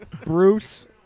Bruce